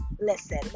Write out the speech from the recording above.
listen